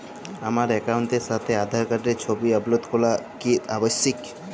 আমার অ্যাকাউন্টের সাথে আধার কার্ডের ছবি আপলোড করা কি আবশ্যিক?